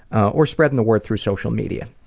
or spreading the word through social media.